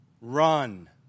run